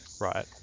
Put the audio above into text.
right